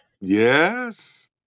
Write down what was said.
Yes